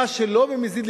מה שלא במזיד,